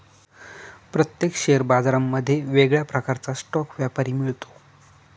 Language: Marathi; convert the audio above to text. प्रत्येक शेअर बाजारांमध्ये वेगळ्या प्रकारचा स्टॉक व्यापारी मिळतो